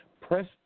Press